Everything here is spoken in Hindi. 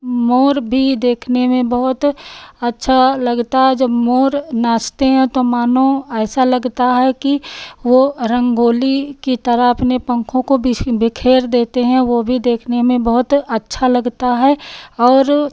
मोर भी देखने में बहुत अच्छा लगता है जब मोर नाचते हैं तो मानो ऐसा लगता है कि वह रंगोली की तरह अपने पंखों को बिखेर देते हैं वह भी देखते में बहुत अच्छा लगता है और